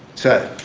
so,